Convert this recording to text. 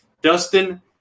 Dustin